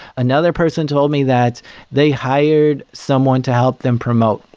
another person told me that they hired someone to help them promote,